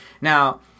now